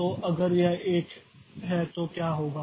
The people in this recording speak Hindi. तो अगर यह 1 है तो क्या होगा